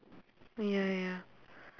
ya ya